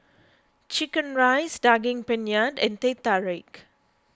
Chicken Rice Daging Penyet and Teh Tarik